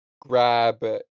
grab